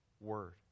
word